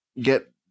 get